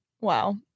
wow